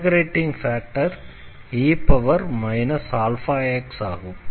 integrating factor e αx ஆகும்